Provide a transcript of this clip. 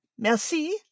Merci